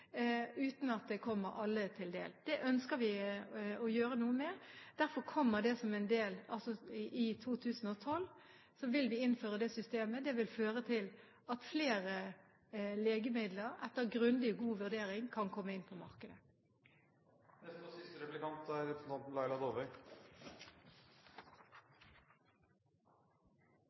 uten at det kommer alle til del. Det ønsker vi å gjøre noe med. Derfor vil vi i 2012 innføre det systemet. Det vil føre til at flere legemidler etter grundig og god vurdering kan komme inn på